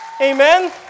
Amen